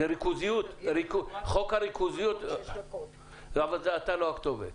זו ריכוזיות שאינה במקומה, אבל אתה לא הכתובת.